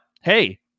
hey